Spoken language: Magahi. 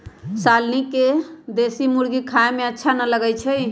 शालनी के देशी मुर्गी खाए में अच्छा न लगई छई